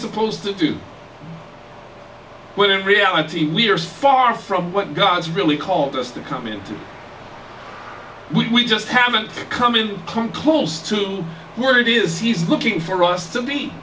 supposed to do but in reality we are far from what god's really called us to come in we just haven't come in come close to where it is he's looking for us to me